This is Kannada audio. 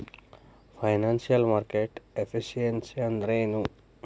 ಫೈನಾನ್ಸಿಯಲ್ ಮಾರ್ಕೆಟ್ ಎಫಿಸಿಯನ್ಸಿ ಅಂದ್ರೇನು?